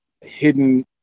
hidden